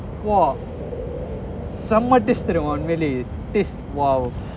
!wah! சம்ம taste தெரியுமா உன்மேல:samma tist theryuma unmale taste !wow!